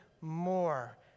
more